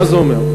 מה זה אומר?